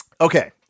okay